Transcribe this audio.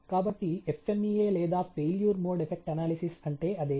కాబట్టి FMEA లేదా failure mode effect analysis అంటే అదే